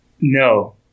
No